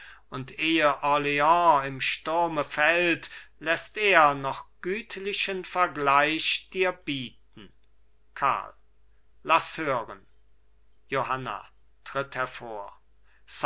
und ehe orleans im sturme fällt läßt er noch gütlichen vergleich dir bieten karl laß hören johanna tritt hervor